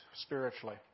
spiritually